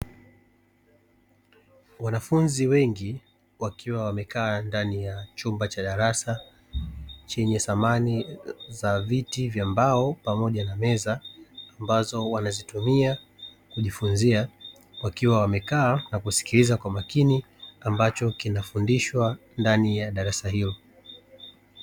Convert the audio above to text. Wanafunzi wengi wakiwa wamekaa ndani ya chumba cha darasa chenye samani za viti vya mbao, pamoja na meza ambazo wanazitumia kujifunzia wakiwa wamekaa na kusikiliza kwa makini ambacho kinafundishwa ndani ya darasa hilo.